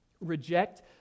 reject